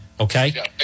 Okay